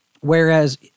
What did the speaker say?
Whereas